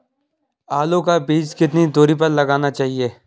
आलू का बीज कितनी दूरी पर लगाना चाहिए?